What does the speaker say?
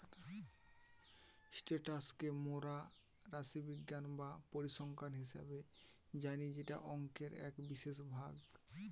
status কে মোরা রাশিবিজ্ঞান বা পরিসংখ্যান হিসেবে জানি যেটা অংকের এক বিশেষ ভাগ